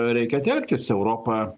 reikia telktis europa